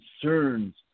concerns